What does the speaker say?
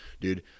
dude